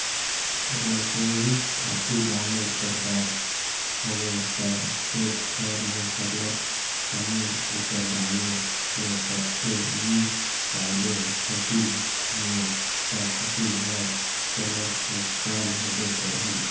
रसइनिक खातू डाले कर बात हवे ता खेत खाएर में सरलग समे उपर डाले ले परथे नी डालबे फसिल में ता फसिल हर सरलग नोसकान होबे करही